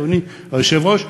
אדוני היושב-ראש,